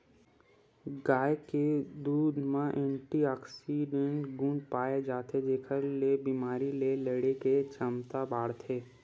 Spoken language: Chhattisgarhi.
गाय के दूद म एंटीऑक्सीडेंट गुन पाए जाथे जेखर ले बेमारी ले लड़े के छमता बाड़थे